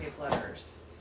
letters